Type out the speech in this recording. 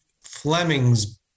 Fleming's